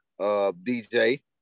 DJ